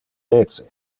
dece